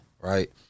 right